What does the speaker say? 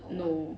no